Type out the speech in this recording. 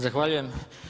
Zahvaljujem.